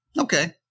Okay